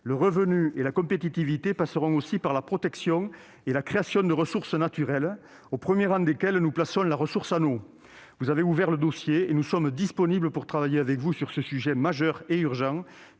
Le revenu et la compétitivité passeront aussi par la protection et la création de ressources naturelles, au premier rang desquelles nous plaçons la ressource en eau. Vous avez ouvert le dossier, et nous sommes disponibles pour travailler avec vous sur ce sujet majeur et urgent,